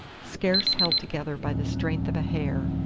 scarce held together by the strength of a hair,